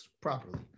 properly